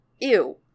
Ew